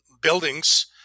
buildings